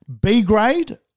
B-grade